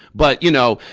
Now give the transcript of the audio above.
but, you know,